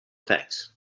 effects